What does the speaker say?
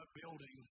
building